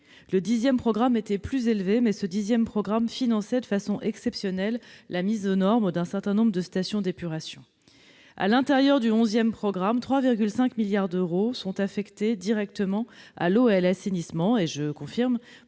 dixième programme était plus élevé, mais ce programme finançait de manière exceptionnelle la mise aux normes d'un certain nombre de stations d'épuration. À l'intérieur du onzième programme, 3,5 milliards d'euros sont affectés directement à l'eau et à l'assainissement. Je confirme,